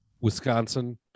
wisconsin